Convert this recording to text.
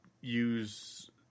use